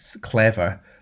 clever